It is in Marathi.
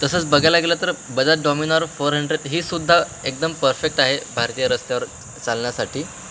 तसं बघायला गेलं तर बजाज डॉमिनॉर फोर हंड्रेड हीसुद्धा एकदम परफेक्ट आहे भारतीय रस्त्यावर चालण्यासाठी